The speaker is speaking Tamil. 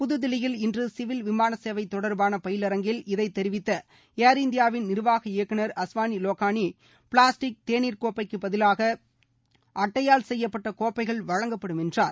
புதுதில்லியில் இன்று சிவில் விமான சேவை தொடர்பான பயிலரங்கில் இதை தெரிவித்த ஏர்இந்தியாவின் நிர்வாக இயக்குனர் அஸ்வானி லோகானி பிளாஸ்டிக் தேனீர் கோப்பைக்கு பதிலாக அட்டையால் செய்யப்பட்ட கோப்பைகள் வழங்கப்படும் என்றார்